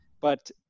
but-